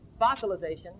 fossilization